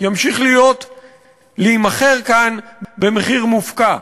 ימשיך להימכר כאן במחיר מופקע.